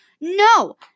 No